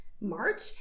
March